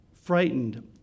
frightened